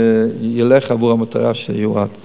שילך למטרה שהוא יועד לה.